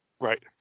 Right